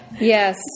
Yes